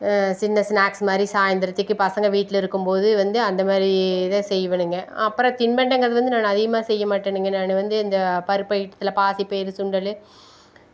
சின்ன ஸ்நாக்ஸ் மாதிரி சாயிந்தரத்துக்கு பசங்கள் வீட்டில இருக்கும்போது வந்து அந்த மாதிரி இதை செய்வேனுங்க அப்புறம் தின்பண்டங்கள் அது வந்து நான் அதிகமாக செய்யமாட்டேனுங்க நான் வந்து இந்த பருப்பு ஐட்டத்தில் பாசி பயிறு சுண்டல்